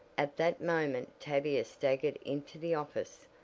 at that moment tavia staggered into the office.